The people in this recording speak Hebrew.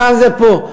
מה זה פה?